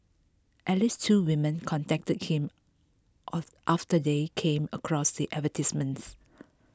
at least two women contacted him after they came across the advertisements